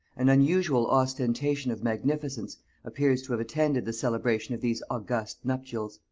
an unusual ostentation of magnificence appears to have attended the celebration of these august nuptials.